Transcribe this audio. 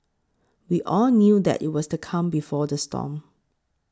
we all knew that it was the calm before the storm